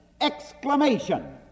exclamation